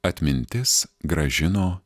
atmintis grąžino